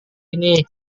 ini